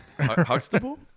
Huxtable